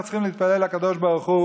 אנחנו צריכים להתפלל לקדוש ברוך הוא